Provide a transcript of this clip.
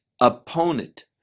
opponent